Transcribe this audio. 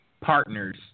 Partners